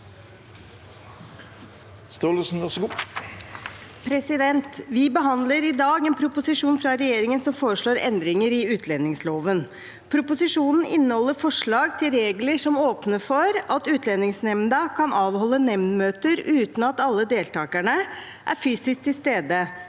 for saken): Vi behandler i dag en proposisjon fra regjeringen som foreslår endringer i utlendingsloven. Proposisjonen inneholder forslag til regler som åpner for at Utlendingsnemnda kan avholde nemndmøter uten at alle deltakerne er fysisk til stede,